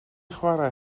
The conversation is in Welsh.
chwara